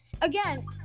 again